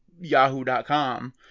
Yahoo.com